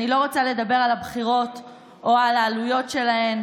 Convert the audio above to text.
אני לא רוצה לדבר היום על הבחירות או על העלויות שלהן,